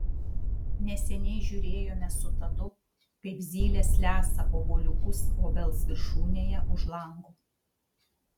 neseniai žiūrėjome su tadu kaip zylės lesa obuoliukus obels viršūnėje už lango